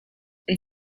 and